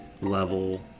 level